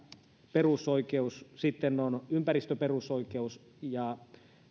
perusoikeus sitten on ympäristöperusoikeus ja